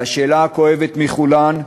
והשאלה הכואבת מכולן: